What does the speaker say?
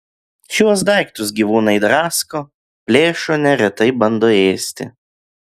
šiuos daiktus gyvūnai drasko plėšo neretai bando ėsti